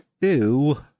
ew